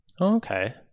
Okay